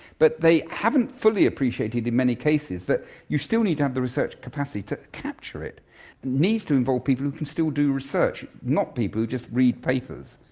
but they haven't fully appreciated in many cases that you still need to have the research capacity to capture it. it needs to involve people who can still do research, not people who just read papers,